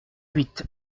huit